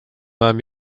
vähem